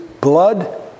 blood